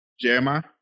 Jeremiah